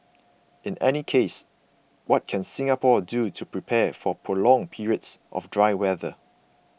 in any case what can Singapore do to prepare for prolonged periods of dry weather